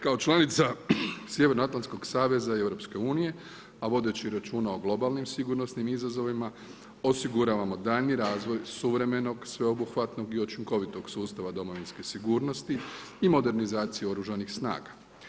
Kao članica Sjevernoatlantskog saveza i EU a vodeći računa o globalnim sigurnosnim izazovima osiguravamo daljnji razvoj suvremenog, sveobuhvatnog i učinkovitog sustava domovinske sigurnosti i modernizacije Oružanih snaga.